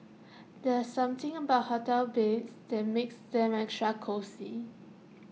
there's something about hotel beds that makes them extra cosy